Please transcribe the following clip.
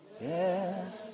Yes